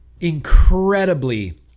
incredibly